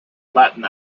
latin